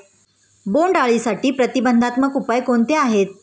बोंडअळीसाठी प्रतिबंधात्मक उपाय कोणते आहेत?